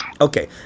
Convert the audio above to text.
Okay